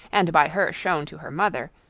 and by her shewn to her mother,